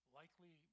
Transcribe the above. likely